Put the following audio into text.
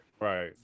Right